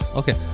okay